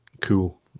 cool